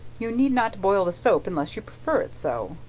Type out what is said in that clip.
you need not boil the soap unless you prefer it so,